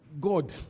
God